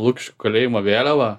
lukišių kalėjimo vėliavą